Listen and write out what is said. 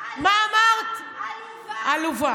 עלובה